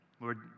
Lord